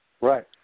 right